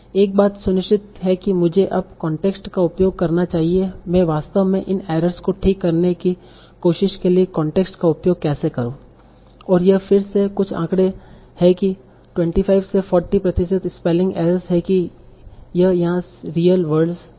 एक बात सुनिश्चित है कि मुझे अब कॉन्टेक्स्ट का उपयोग करना चाहिए मैं वास्तव में इन एरर्स को ठीक करने की कोशिश के लिए कॉन्टेक्स्ट का उपयोग कैसे करूं और यह फिर से कुछ आँकड़े हैं कि 25 से 40 प्रतिशत स्पेल्लिंग एरर्स हैं कि यह यहां रियल वर्ड्स हैं